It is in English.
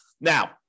Now